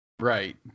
right